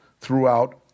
throughout